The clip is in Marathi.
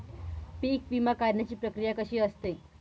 पीक विमा काढण्याची प्रक्रिया कशी असते?